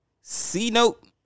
C-note